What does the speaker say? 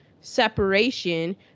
separation